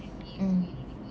um